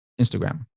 instagram